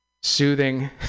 soothing